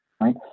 right